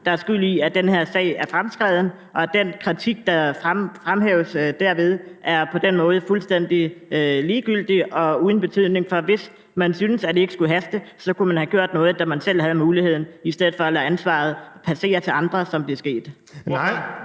der er skyld i, at den her sag er fremskreden, og at den kritik, der fremhæves, derved er fuldstændig ligegyldig og uden betydning. For hvis man syntes, at det ikke skulle haste, kunne man have gjort noget, da man selv havde muligheden, i stedet for at lade ansvaret passere til andre, som det er sket.